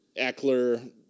Eckler